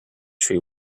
tree